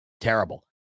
Terrible